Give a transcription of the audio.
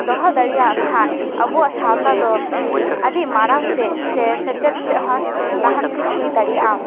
ᱫᱚᱦᱚ ᱫᱟᱲᱮᱭᱟᱜ ᱠᱷᱟᱱ ᱟᱵᱚᱣᱟᱜ ᱥᱟᱶᱛᱟ ᱫᱚ ᱟᱹᱰᱤ ᱢᱟᱨᱟᱝ ᱥᱮ ᱥᱮ ᱥᱮᱪᱮᱫ ᱥᱮᱫᱦᱚᱸ ᱞᱟᱦᱟᱱᱛᱤ ᱦᱩᱭ ᱫᱟᱲᱮᱭᱟᱜᱼᱟ